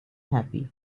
happy